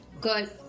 Good